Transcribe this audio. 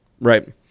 right